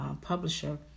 publisher